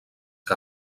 que